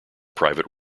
private